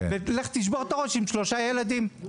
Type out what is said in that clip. ולך תשבור את הראש עם שלושה ילדים.